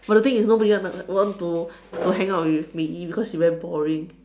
but the thing is nobody wanna want to to hang out with Mei-Yi because she very boring